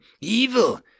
Evil